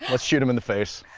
let's shoot him in the face.